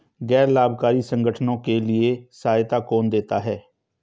गैर लाभकारी संगठनों के लिए सहायता कौन देता है?